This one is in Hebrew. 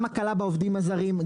גם הקלה בעובדים הזרים,